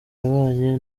yabanye